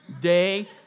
day